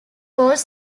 was